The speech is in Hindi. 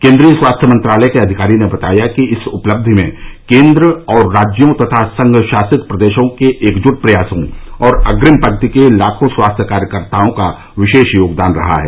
केन्द्रीय स्वास्थ्य मंत्रालय के अधिकारी ने बताया कि इस उपलब्धि में केन्द्र और राज्यों तथा संघ शासित प्रदेशों के एकजुट प्रयासों और अग्रिम पंक्ति के लाखों स्वास्थ्य कार्यकर्ताओं का विशेष योगदान रहा है